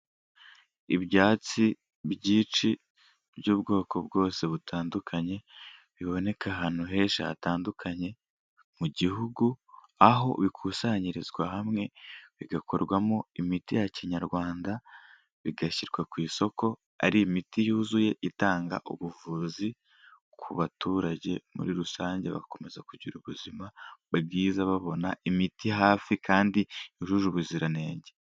Ibyatsi byinshi by'ubwoko bwose butandukanye, biboneka ahantu henshi hatandukanye mu gihugu, aho bikusanyirizwa hamwe bigakorwamo imiti ya kinyarwanda, bigashyirwa ku isoko ari imiti yuzuye itanga ubuvuzi ku baturage, muri rusange bagakomeza kugira ubuzima bwiza, babona imiti hafi kandi yujuje ubuziranenge.